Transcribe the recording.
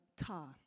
car